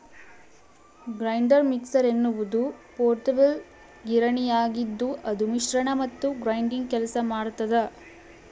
grinder mixer ಎನ್ನುವುದು portable ಗಿರಣಿಯಾಗಿದ್ದುಅದು ಮಿಶ್ರಣ ಮತ್ತು ಗ್ರೈಂಡಿಂಗ್ ಕೆಲಸ ಮಾಡ್ತದ